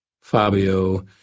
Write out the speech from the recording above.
Fabio